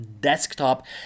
desktop